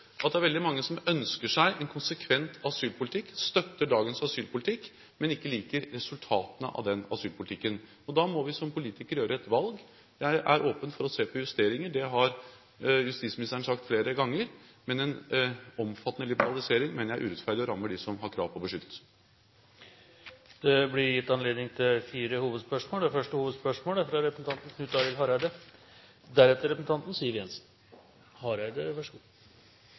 at det er veldig mange som ønsker seg en konsekvent asylpolitikk, som støtter dagens asylpolitikk, men som ikke liker resultatene av den asylpolitikken. Da må vi som politikere gjøre et valg. Jeg er åpen for å se på justeringer, det har justisministeren sagt flere ganger, men en omfattende liberalisering mener jeg er urettferdig og rammer dem som har krav på beskyttelse. Det blir gitt anledning til fire